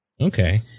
Okay